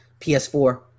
PS4